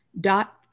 dot